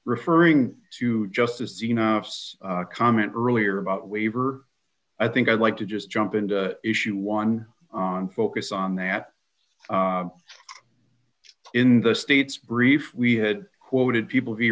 referring to justice you know it's a comment earlier about weaver i think i'd like to just jump into issue one on focus on that in the state's brief we had quoted people